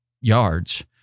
yards